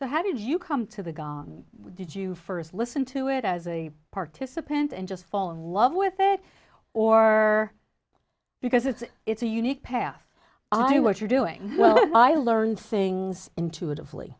so how did you come to the guy did you first listen to it as a participant and just fall in love with it or because it's it's a unique path i what you're doing i learn things intuitively